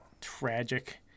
tragic